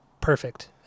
perfect